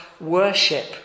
worship